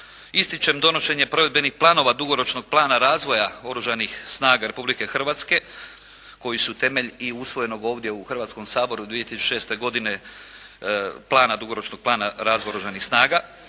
Ističem donošenje provedbenih planova dugoročnog plana razvoja Oružanih snaga Republike Hrvatske, koji su temelj i usvojenog ovdje u Hrvatskom saboru 2006. godine, plana, dugoročnog plana razvoja Oružanih snaga,